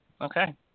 Okay